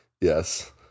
yes